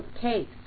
case